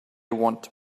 want